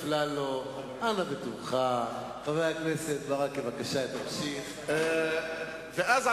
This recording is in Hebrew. ועוד למרוח ועוד לערבב ועוד כל מיני